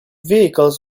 vehicles